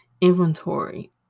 inventory